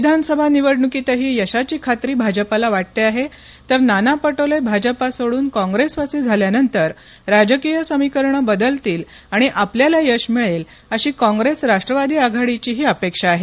विधानसभा निवडणुकीतही यशाची खात्री भाजपाला वाटते आहे तर नाना पटोले भाजपा सोडुन काँप्रेसवासी झाल्यानंतर राजकीय समीकरणं बदलतील आणि आपल्याला यश मिळेल अशी काँप्रेस राष्ट्रवादी आघाडीचीही अपेक्षा आहे